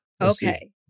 Okay